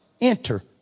enter